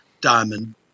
diamond